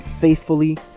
faithfully